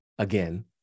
again